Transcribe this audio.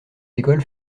écoles